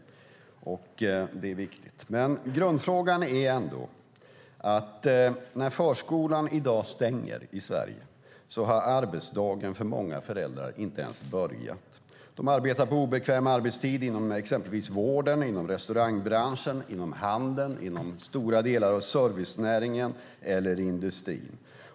Det är viktigt. Grundfrågan är ändå att när förskolan i dag stänger i Sverige har arbetsdagen för många föräldrar inte ens börjat. De arbetar på obekväm arbetstid inom exempelvis vården, restaurangbranschen, handeln, stora delar av servicenäringen eller industrin.